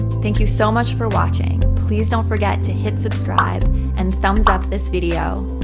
thank you so much for watching. please don't forget to hit subscribe and thumbs up this video.